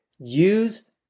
use